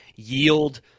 yield